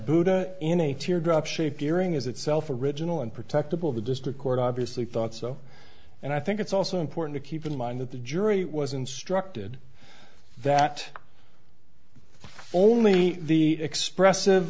buddha in a teardrop shaped earring is itself original and protective of the district court obviously thought so and i think it's also important to keep in mind that the jury was instructed that only the expressive